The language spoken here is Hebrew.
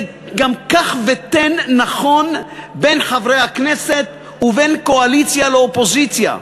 זה גם קח ותן נכון בין חברי הכנסת ובין קואליציה לאופוזיציה,